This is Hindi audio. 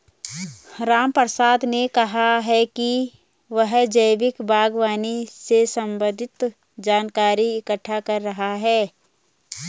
रामप्रसाद ने कहा कि वह जैविक बागवानी से संबंधित जानकारी इकट्ठा कर रहा है